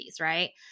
right